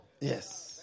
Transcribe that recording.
Yes